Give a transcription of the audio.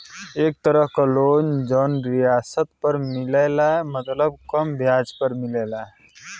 एक तरह क लोन जौन रियायत दर पर मिलला मतलब कम ब्याज पर मिलला